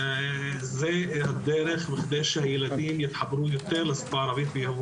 זו הדרך בכדי שהילדים יתחברו יותר לשפה הערבית ויאהבו